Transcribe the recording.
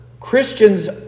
Christians